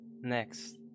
next